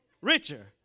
richer